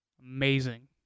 amazing